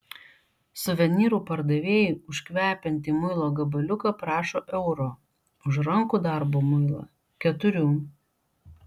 suvenyrų pardavėjai už kvepiantį muilo gabaliuką prašo euro už rankų darbo muilą keturių